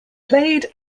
played